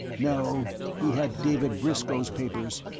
no. he had david briscoe's papers.